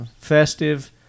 festive